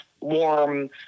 warm